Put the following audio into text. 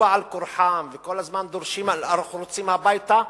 בעל כורחם וכל הזמן דורשים: אנחנו רוצים הביתה,